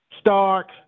Stark